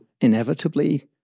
inevitably